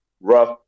rough